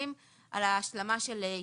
היה בהצעת החוק המקורית,